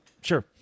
Sure